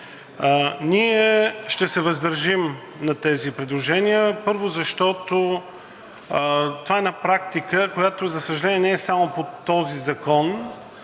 Ние ще се въздържим на тези предложения, първо, защото това е една практика, която, за съжаление, не е само по този закон